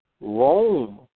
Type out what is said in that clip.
Rome